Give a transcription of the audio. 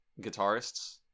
guitarists